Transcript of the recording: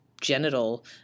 genital